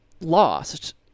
lost